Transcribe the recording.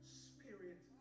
spirit